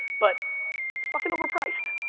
but it's fucking overpriced.